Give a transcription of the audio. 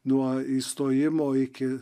nuo įstojimo iki